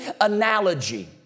analogy